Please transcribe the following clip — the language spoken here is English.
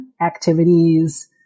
activities